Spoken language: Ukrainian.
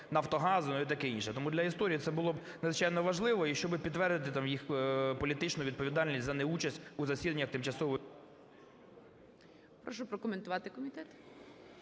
"Нафтогазу" і таке інше. Тому для історії це було б надзвичайно важливо, щоб підтвердити їх політичну відповідальність за неучасть у засіданнях тимчасової… ГОЛОВУЮЧИЙ. Прошу прокоментувати комітет.